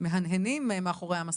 מהנהנים מאחורי המסכה.